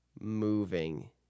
moving